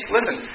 Listen